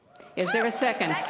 is there a second?